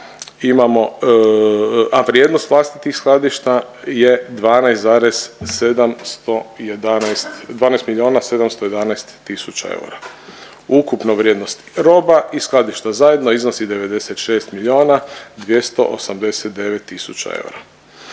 a vrijednost vlastitih skladišta je 12,711, 12 miliona 711 tisuća eura. Ukupna vrijednost roba i skladišta zajedno iznosi 96 miliona 289 tisuća eura.